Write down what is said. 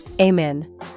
Amen